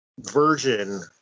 version